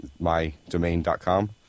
mydomain.com